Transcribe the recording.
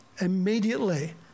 immediately